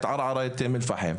ערערה ואום אל-פאחם,